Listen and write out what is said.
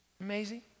Amazing